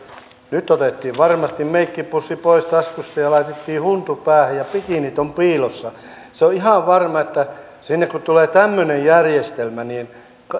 nyt otettiin varmasti meikkipussi pois taskusta ja laitettiin huntu päähän ja bikinit on piilossa se on ihan varma että sinne kun tulee tämmöinen järjestelmä niin